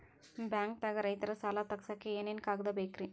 ಬ್ಯಾಂಕ್ದಾಗ ರೈತರ ಸಾಲ ತಗ್ಸಕ್ಕೆ ಏನೇನ್ ಕಾಗ್ದ ಬೇಕ್ರಿ?